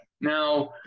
now